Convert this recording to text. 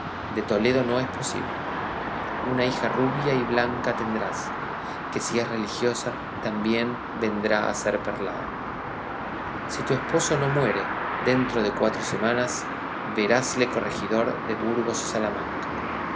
de toledo no es posible una hija rubia y blanca tendrás que si es religiosa también vendrá a ser perlada si tu esposo no se muere dentro de cuatro semanas verásle corregidor de burgos o salamanca